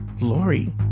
Lori